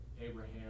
Abraham